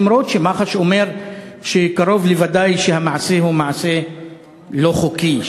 גם אם מח"ש אומרת שקרוב לוודאי שהמעשה הוא מעשה לא חוקי,